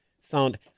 sound